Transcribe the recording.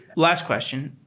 last question.